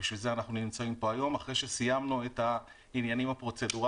בשביל זה אנחנו נמצאים פה היום אחרי שסיימנו את העניינים הפרוצדורליים